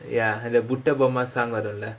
ya அந்த:antha butta bomma song வரும்ல:varumla